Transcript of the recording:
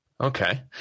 Okay